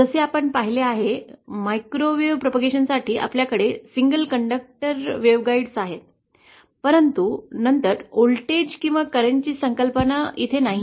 जसे आपण पाहिले आहे मायक्रोवेव्ह प्रसारासाठी आपल्याकडे सिंगल कंडक्टर वेव्हगॉइड्स आहेत परंतु नंतर व्होल्टेज किंवा करंटची संकल्पना नाही